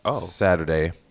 Saturday